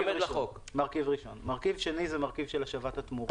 מרכיב שני הוא של השבת התמורה.